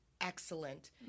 excellent